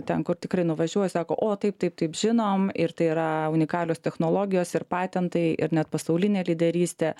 ten kur tikrai nuvažiuoji sako o taip taip taip žinom ir tai yra unikalios technologijos ir patentai ir net pasaulinė lyderystė